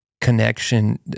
connection